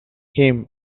him